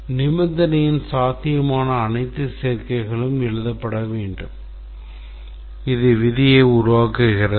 நிபந்தனையின் சாத்தியமான அனைத்து சேர்க்கைகளும் எழுதப்பட வேண்டும் இது விதியை உருவாக்குகிறது